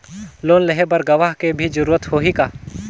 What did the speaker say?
Loan लेहे बर गवाह के भी जरूरत होही का?